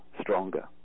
stronger